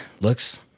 looks